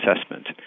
assessment